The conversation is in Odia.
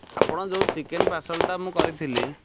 ଆପଣ ଯେଉଁ ଚିକେନ୍ ପାର୍ସଲ୍ଟା ମୁଁ କରିଥିଲି